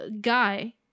Guy